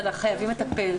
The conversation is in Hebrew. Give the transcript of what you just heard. אלא חייבים לטפל.